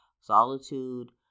Solitude